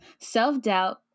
self-doubt